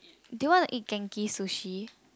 do you want to eat Genki-Sushi